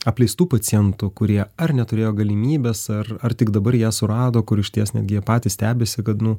apleistų pacientų kurie ar neturėjo galimybės ar ar tik dabar ją surado kur išties netgi jie patys stebisi kad nu